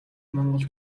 монгол